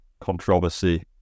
controversy